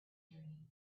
dreams